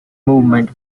movement